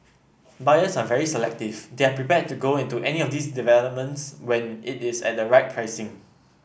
buyers are very selective they are prepared to go into any of these developments when it is at the right pricing